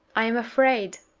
i am afraid,